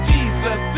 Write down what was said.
Jesus